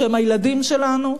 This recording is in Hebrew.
שהם הילדים שלנו,